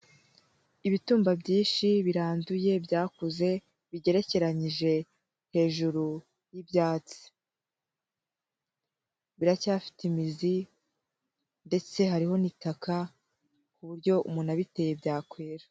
Ibitumba byinshi biranduye byakuze bigerekeranyije hejuru y'ibyatsi, biracyafite imizi imizi ndetse hariho n'itaka ku buryo umuntu abiteye byakwera.